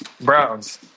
Browns